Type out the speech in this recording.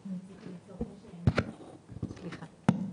בבקשה.